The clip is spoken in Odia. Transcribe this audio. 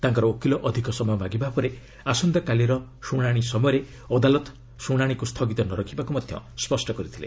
ତାଙ୍କର ଓକିଲ ଅଧିକ ସମୟ ମାଗିବା ପରେ ଆସନ୍ତାକାଲିର ଶୁଣାଶି ସମୟରେ ଅଦାଲତ ଶୁଣାଣିକୁ ସ୍ଥଗିତ ନ ରଖିବାକୁ ମଧ୍ୟ ସ୍ୱଷ୍ଟ କରିଥିଲେ